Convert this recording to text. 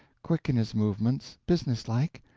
quick in his movements, business-like,